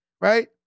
right